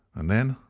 and then,